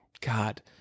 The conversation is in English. God